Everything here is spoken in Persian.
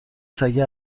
سگه